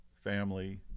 family